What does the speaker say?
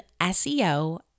SEO